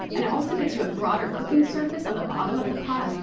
and it also gives you a broader cooking surface on the bottom of the pot.